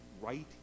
right